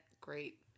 Great